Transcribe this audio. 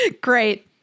Great